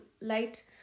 light